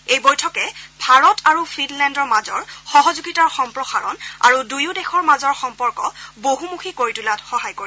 এই বৈঠকে ভাৰত আৰু ফিনলেণ্ড মাজৰ সহযোগিতাৰ সম্প্ৰসাৰণ আৰু দুয়ো দেশৰ মাজৰ সম্পৰ্ক বহুমুখী কৰি তোলাত সহায় কৰিব